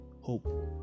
hope